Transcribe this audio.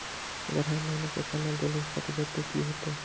अगर हर महीने पैसा ना देल सकबे ते की होते है?